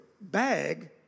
bag